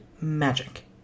magic